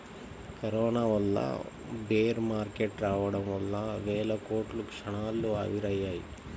corona వల్ల bear market రావడం వల్ల వేల కోట్లు క్షణాల్లో ఆవిరయ్యాయి